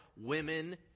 women